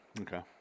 Okay